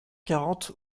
quarante